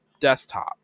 desktop